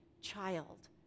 child